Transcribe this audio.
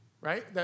Right